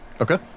okay